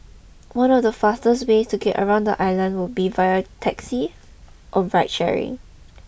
one of the faster ways to get around the island would be via taxi or ride sharing